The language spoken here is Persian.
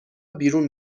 بیرون